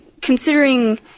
considering